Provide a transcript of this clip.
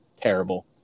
Terrible